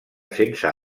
sense